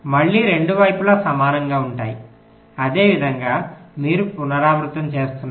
మళ్ళీ 2 వైపులా సమానంగా ఉంటాయి అదే విధంగా మీరు పునరావృతం చేస్తున్నారు